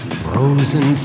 frozen